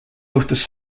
juhtus